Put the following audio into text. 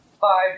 five